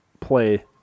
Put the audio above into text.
play